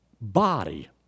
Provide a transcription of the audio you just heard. body